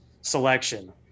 selection